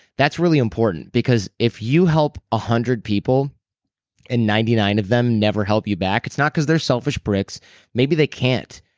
that's really important because if you help one ah hundred people and ninety nine of them never help you back, it's not because they're selfish pricks maybe they can't.